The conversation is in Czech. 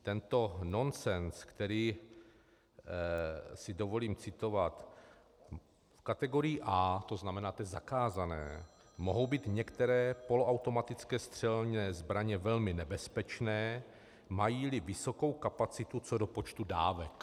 Tento nonsens si dovolím citovat: V kategorii A, to znamená té zakázané, mohou být některé poloautomatické střelné zbraně velmi nebezpečné, majíli vysokou kapacitu co do počtu dávek.